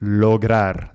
lograr